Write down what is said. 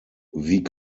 wie